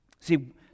See